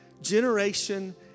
generation